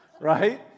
right